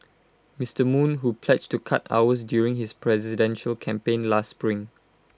Mister moon who pledged to cut hours during his presidential campaign last spring